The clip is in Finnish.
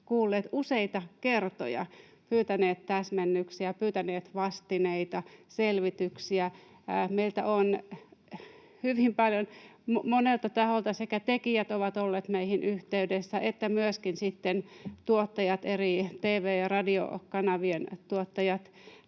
kuulleet useita kertoja, pyytäneet täsmennyksiä, pyytäneet vastineita, selvityksiä. Meihin ovat hyvin paljon olleet yhteydessä, monelta taholta, sekä tekijät että myöskin eri tv- ja radiokanavien tuottajat.